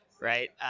right